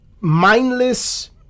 mindless